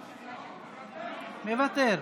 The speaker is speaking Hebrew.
מוותר,